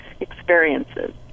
Experiences